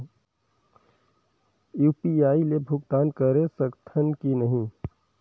UPI ले भुगतान करे सकथन कि नहीं?